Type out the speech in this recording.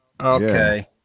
Okay